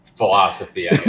Philosophy